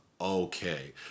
okay